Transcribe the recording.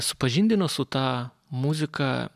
supažindino su ta muzika